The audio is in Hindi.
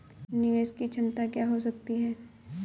निवेश की क्षमता क्या हो सकती है?